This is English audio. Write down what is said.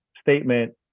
statement